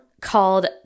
called